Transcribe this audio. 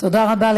תודה רבה.